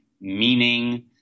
meaning